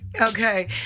Okay